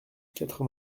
quatre